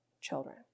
children